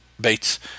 Bates